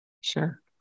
Sure